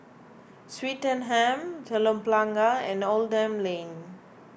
Swettenham Telok Blangah and Oldham Lane